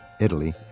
Italy